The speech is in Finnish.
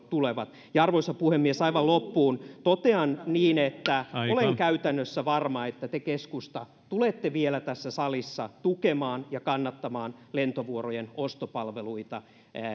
tulevat arvoisa puhemies aivan loppuun totean niin että olen käytännössä varma että te keskusta tulette vielä tässä salissa tukemaan ja kannattamaan lentovuorojen ostopalveluita